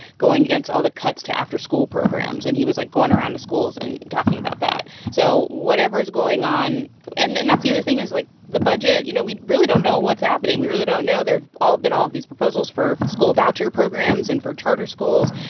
going against all the cuts to after-school programs. and he was, like, going around to schools and talking about that. so whatever is going on and and that's the other thing is, like, the budget, you know, we really don't know what's happening we really don't know. there have been all of these proposals for school voucher programs and for charter schools,